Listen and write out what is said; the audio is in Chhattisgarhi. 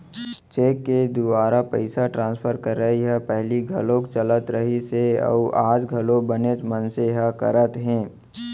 चेक के दुवारा पइसा ट्रांसफर करई ह पहिली घलौक चलत रहिस हे अउ आज घलौ बनेच मनसे ह करत हें